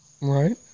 Right